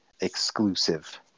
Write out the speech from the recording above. exclusive